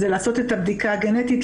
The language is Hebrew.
זה לעשות את הבדיקה הגנטית,